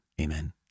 Amen